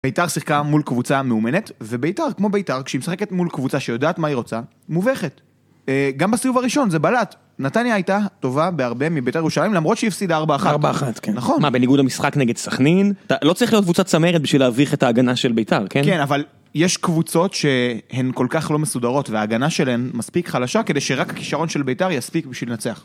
ביתר שיחקה מול קבוצה מאומנת, וביתר, כמו ביתר, כשהיא משחקת מול קבוצה שיודעת מה היא רוצה, מובכת. גם בסיבוב הראשון, זה בלט. נתניה הייתה טובה בהרבה מביתר ירושלים, למרות שהיא הפסידה ארבעה אחת. ארבעה אחת, כן. נכון. מה, בניגוד למשחק נגד סכנין? לא צריך להיות קבוצה צמרת בשביל להביך את ההגנה של ביתר, כן? כן, אבל יש קבוצות שהן כל כך לא מסודרות, וההגנה שלהן מספיק חלשה, כדי שרק הכישרון של ביתר יספיק בשביל לנצח.